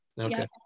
Okay